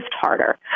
harder